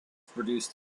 produced